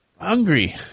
hungry